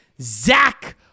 Zach